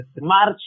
March